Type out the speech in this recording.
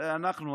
הרי אנחנו,